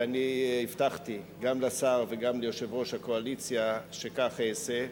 ואני הבטחתי גם לשר וגם ליושב-ראש הקואליציה שכך אעשה.